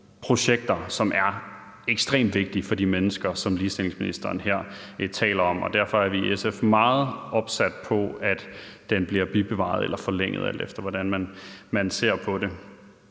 som er ekstremt vigtige for de mennesker, som ligestillingsministeren her taler om, og derfor er vi i SF meget opsat på, at den bliver bibeholdt eller forlænget, alt efter hvordan man ser på det.